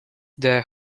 the